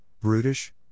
brutish